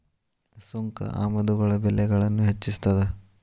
ಸುಂಕ ಆಮದುಗಳ ಬೆಲೆಗಳನ್ನ ಹೆಚ್ಚಿಸ್ತದ